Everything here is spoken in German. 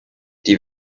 die